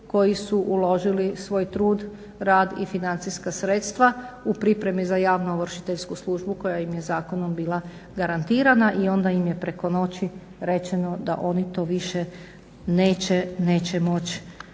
koji su uložili svoj trud, rad i financijska sredstva u pripremi za javno-ovršiteljsku službu koja im je zakonom bila garantirana i onda im je preko noći rečeno da oni to više neće moći